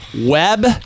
web